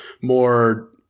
more